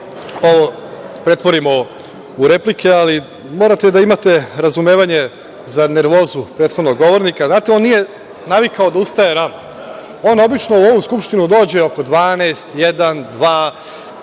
ovo pretvorimo u replike, ali morate da imate razumevanje za nervozu prethodnog govornika, znate, on nije navikao da ustaje rano. On obično u ovu skupštinu dođe oko 12, 13, 14,